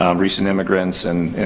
um recent immigrants and